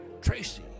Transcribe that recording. Tracy